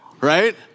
Right